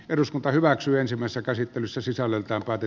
eduskunta hyväksyy ensimmäistä käsittelyssä sisällöltään vaati